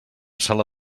sala